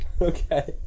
Okay